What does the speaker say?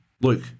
Luke